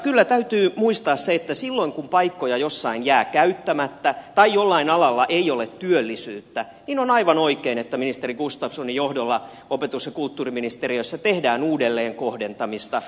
kyllä täytyy muistaa se että silloin kun paikkoja jossain jää käyttämättä tai jollain alalla ei ole työllisyyttä on aivan oikein että ministeri gustafssonin johdolla opetus ja kulttuuriministeriössä tehdään uudelleenkohdentamista